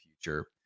future